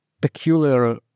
peculiar